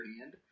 hand